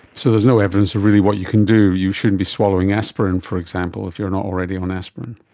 so there's no evidence of really what you can do? you shouldn't be swallowing aspirin, for example, if you are not already on aspirin?